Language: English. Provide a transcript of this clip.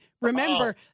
remember